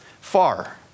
far